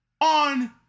On